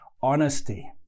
honesty